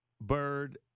Bird